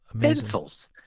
Pencils